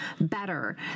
better